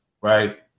Right